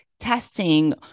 testing